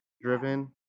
driven